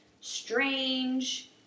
strange